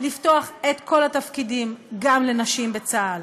לפתוח את כל התפקידים גם לנשים בצה"ל.